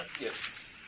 Yes